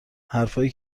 حرفهایی